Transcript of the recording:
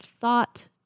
thought